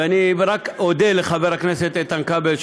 ואני רק אודה לחבר הכנסת איתן כבל,